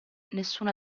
nessuna